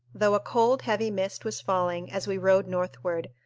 though a cold, heavy mist was falling as we rode northward,